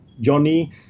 Johnny